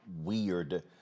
weird